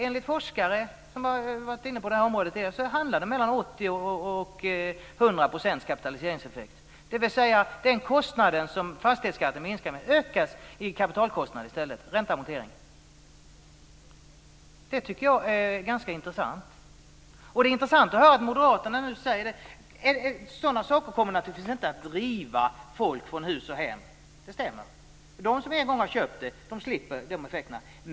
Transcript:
Enligt forskare som har varit inne på området så handlar det om mellan 80 % och 100 % kapitaliseringseffekt, dvs. den kostnad som fastighetsskatten minskar med ökar kapitalkostnaden - ränta och amorteringar - i stället med. Det tycker jag är ganska intressant. Det är också intressant att höra att moderaterna nu säger detta. Sådana saker kommer naturligtvis inte att driva folk från hus och hem - det stämmer. De som en gång har köpt ett hus slipper dessa effekter.